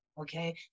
okay